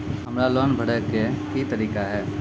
हमरा लोन भरे के की तरीका है?